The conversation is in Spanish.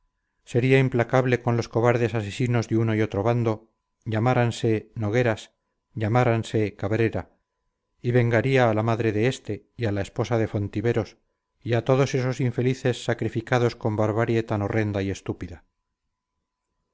sería implacable con los cobardes asesinos de uno y otro bando llamáranse nogueras llamáranse cabrera y vengaría a la madre de este y a la esposa de fontiveros y a todos esos infelices sacrificados con barbarie tan horrenda y estúpida